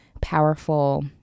powerful